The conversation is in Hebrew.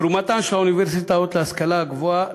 תרומתן של האוניברסיטאות להשכלה הגבוהה,